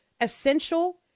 essential